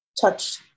touched